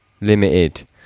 Limited